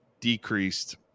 decreased